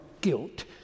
guilt